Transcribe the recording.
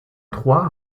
trois